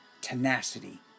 tenacity